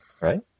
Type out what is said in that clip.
right